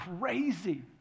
crazy